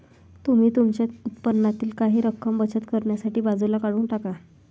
तुम्ही तुमच्या उत्पन्नातील काही रक्कम बचत करण्यासाठी बाजूला काढून टाका